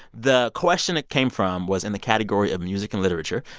the question it came from was in the category of music and literature.